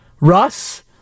Russ